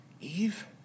Eve